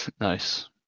Nice